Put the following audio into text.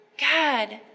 God